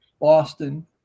Boston